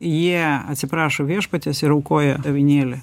jie atsiprašo viešpaties ir aukoja avinėlį